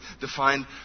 defined